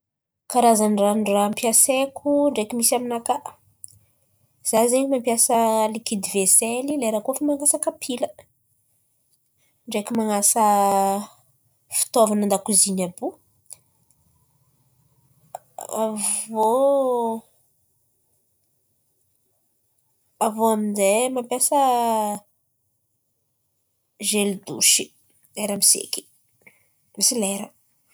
Karazan-drànon-drà ampiasaiko ndraiky misy aminakà: izaho zen̈y mampiasa likidy vesely kôa fa manasa kapila ndraiky man̈asa fitaovan̈a an-dakoziny àby io. Avy iô, avy iô amin'izay mampiasa zely doshy lera miseky, misy lera.